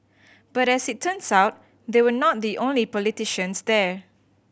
but as it turns out they were not the only politicians there